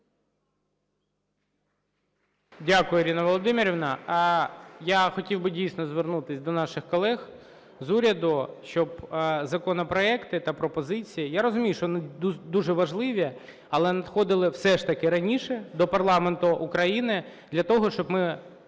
Дякую, Ірино Володимирівно. Я хотів би, дійсно, звернутися до наших колег з уряду, щоб законопроекти та пропозиції… я розумію, що вони дуже важливі, але надходили б все ж таки раніше до парламенту України для того, щоб ми